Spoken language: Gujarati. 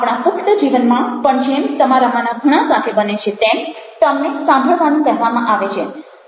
આપણા પુખ્ત જીવનમાં પણ જેમ તમારામાંના ઘણા સાથે બને છે તેમ તમને સાંભળવાનું કહેવામાં આવે છે